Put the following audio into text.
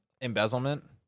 Embezzlement